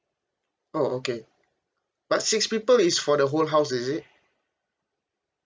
oh okay but six people is for the whole house is it